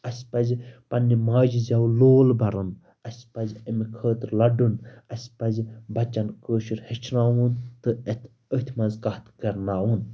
اَسہِ پَزِ پنٛنہِ ماجہِ زٮ۪و لول بَرُن اَسہِ پَزِ اَمہِ خٲطرٕ لَڑُن اَسہِ پَزِ بَچن کٲشٕر ہیٚچھناوُن تہٕ أتھۍ منٛز کَتھ کَرناوُن